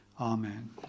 Amen